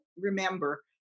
remember